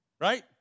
right